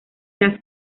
las